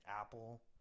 apple